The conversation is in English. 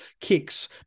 kicks